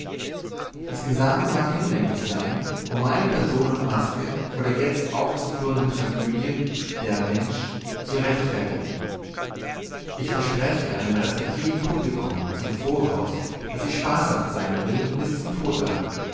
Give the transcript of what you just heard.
das gesagte mag hinlänglich sein um meine person und maske vor der jezt aufzuführenden tragödie der mensch zu rechtfertigen ich verspreche einem respektiven publikum zum voraus daß ich spaßhaft sein will bis zum todtlachen